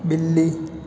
बिल्ली